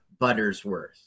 Buttersworth